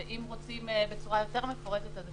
ואם רוצים בצורה יותר מפורטת אז אפשר להעלות הצעה.